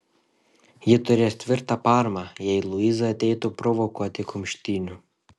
ji turės tvirtą paramą jei luiza ateitų provokuoti kumštynių